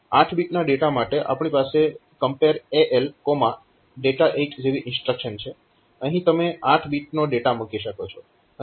8 બીટના ડેટા માટે આપણી પાસે CMP ALdata8 જેવી ઇન્સ્ટ્રક્શન છે અહીં તમે 8 બીટનો ડેટા મૂકી શકો છો